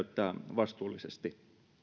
vastuullisesti